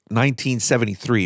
1973